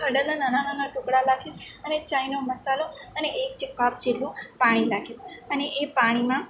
હળદરના નાનાં નાનાં ટુકડાં નાંખી અને ચાયનો મસાલો અને એક જે કપ જેટલું પાણી નાંખીશ અને એ પાણીમાં